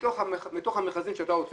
7 אחוזים מתוך המכרזים שהמשרד עושה,